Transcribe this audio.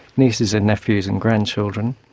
nieces and nephews and grandchildren.